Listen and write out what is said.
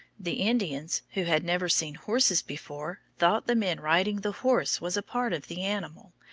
the indians, who had never seen horses before, thought the man riding the horse was a part of the animal,